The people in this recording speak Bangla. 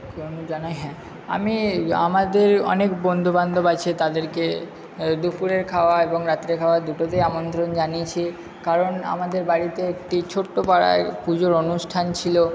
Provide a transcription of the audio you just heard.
হ্যাঁ আমি আমাদের অনেক বন্ধুবান্ধব আছে তাদেরকে দুপুরের খাবার এবং রাত্রিরের খাবার দুটোতে আমন্ত্রণ জানিয়েছি কারণ আমাদের বাড়িতে একটি ছোট্ট পাড়ায় পুজোর অনুষ্ঠান ছিলো